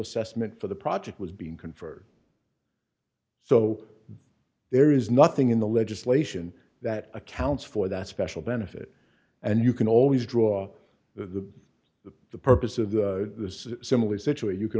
assessment for the project was being conferred so there is nothing in the legislation that accounts for that special benefit and you can always draw the the the purpose of the similar scituate you c